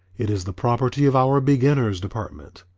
it is the property of our beginners' department.